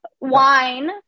wine